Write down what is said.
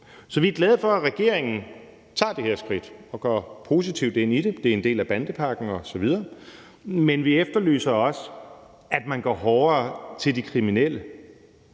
Så vi er glade for, at regeringen tager det her skridt og går positivt ind i det. Det er en del af bandepakken osv. Men vi efterlyser også, at man går hårdere til de kriminelle.